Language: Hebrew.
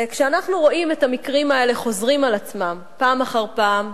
כשאנחנו רואים את המקרים האלה חוזרים על עצמם פעם אחר פעם,